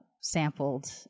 sampled